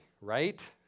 Right